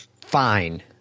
fine